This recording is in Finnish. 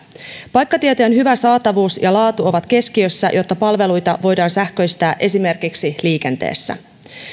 paikkatietojen hyvä saatavuus ja laatu ovat keskiössä jotta palveluita voidaan sähköistää esimerkiksi liikenteessä